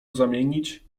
zamienić